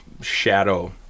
shadow